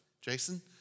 Jason